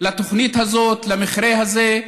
לתוכנית הזאת, למכרה הזה,